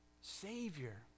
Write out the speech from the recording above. Savior